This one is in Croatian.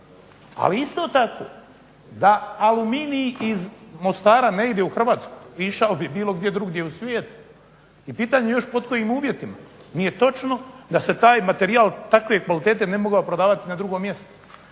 Ali isto tako da Aluminij iz MOstara ne ide u Hrvatsku išao bi bilo gdje drugdje u svijetu i pitanje pod kojim uvjetima. Nije točno da se taj materijal takve kvalitete ne bi mogao prodavati na drugo mjesto.